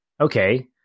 okay